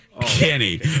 Kenny